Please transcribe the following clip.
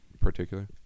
particular